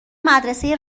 مدرسه